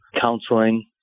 counseling